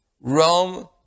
Rome